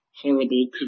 horrible